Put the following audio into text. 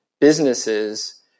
businesses